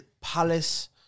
Palace